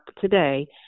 today